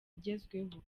igezweho